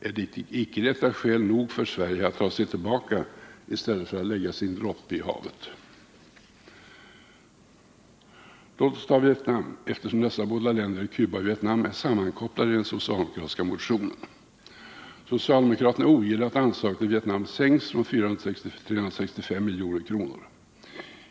Är icke detta skäl nog för Sverige att dra sig tillbaka i stället för att lägga sin droppe i havet? Låt oss ta upp Vietnam, eftersom dessa båda länder, Cuba och Vietnam, är sammankopplade i den socialdemokratiska motionen. Socialdemokraterna ogillar att anslaget till Vietnam sänks från 400 till 365 milj.kr.